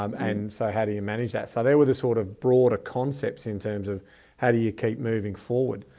um and so how do you manage that? so there were the sort of broader concepts in terms of how do you keep moving forward.